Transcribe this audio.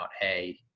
hey